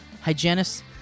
hygienists